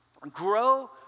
Grow